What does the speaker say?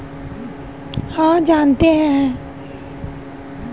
क्या आप जानते है लकड़ी का उपयोग जलावन के रूप में भी होता है?